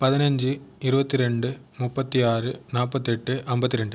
பதினஞ்சு இருபத்தி ரெண்டு முப்பத்து ஆறு நாற்பத்தி எட்டு ஐம்பத்தி ரெண்டு